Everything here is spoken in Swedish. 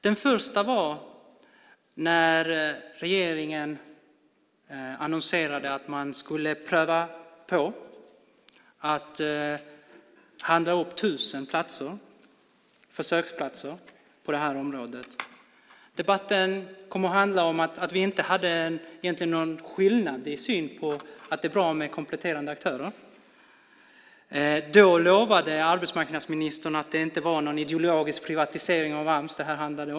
Den första var när regeringen annonserade att man skulle pröva på att handla upp 1 000 försöksplatser på det här området. Debatten kom att handla om att det egentligen inte fanns någon skillnad i vår syn på att det är bra med kompletterande aktörer. Då lovade arbetsmarknadsministern att det här inte handlade om någon privatisering av Ams.